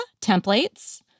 templates